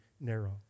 narrow